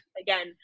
again